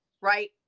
right